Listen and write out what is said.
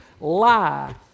lie